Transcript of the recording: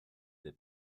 der